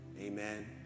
Amen